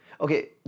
Okay